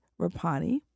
Rapani